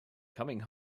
coming